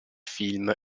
film